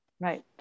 Right